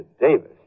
Davis